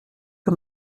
que